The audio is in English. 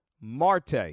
Marte